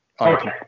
Okay